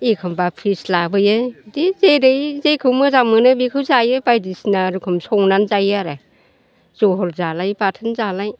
एखमबा फिश लाबोयो जेरै मोजां मोनो बेखौ जायो बायदिसिना रोखोम संनानै जायोआरो जहल जालाय बाथोन जालाय